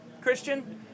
Christian